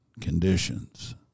conditions